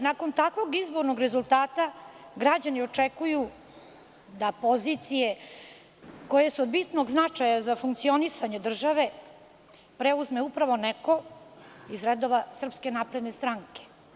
Nakon takvog izbornog rezultata, građani očekuju da pozicije, koje su od bitnog značaja za funkcionisanje države, preuzme upravo neko iz redova SNS.